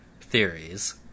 theories